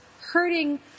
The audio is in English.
hurting